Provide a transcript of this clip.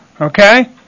Okay